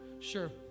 Sure